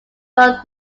both